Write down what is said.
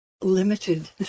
limited